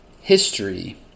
history